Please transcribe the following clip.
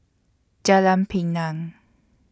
Jalan Pinang